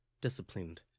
disciplined